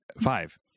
five